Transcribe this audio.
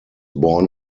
born